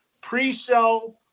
pre-sell